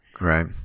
Right